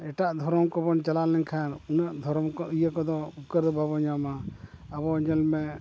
ᱮᱴᱟᱜ ᱫᱷᱚᱨᱚᱢ ᱠᱚᱵᱚᱱ ᱪᱟᱞᱟᱣ ᱞᱮᱱᱠᱷᱟᱱ ᱩᱱᱟᱹᱜ ᱫᱷᱚᱨᱚᱢ ᱤᱭᱟᱹ ᱠᱚᱫᱚ ᱩᱯᱠᱟᱹᱨ ᱫᱚ ᱵᱟᱵᱚᱱ ᱧᱟᱢᱟ ᱟᱵᱚ ᱧᱮᱞ ᱢᱮ